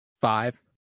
five